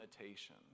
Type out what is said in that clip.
imitation